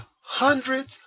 hundreds